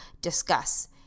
discuss